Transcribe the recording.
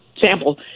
sample